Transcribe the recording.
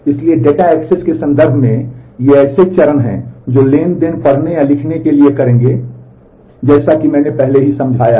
इसलिए data access के संदर्भ में ये ऐसे चरण हैं जो ट्रांज़ैक्शन पढ़ने या लिखने के लिए करेंगे जैसा कि मैंने पहले ही समझाया है